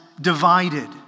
divided